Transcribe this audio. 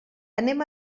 anem